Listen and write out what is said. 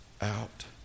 Out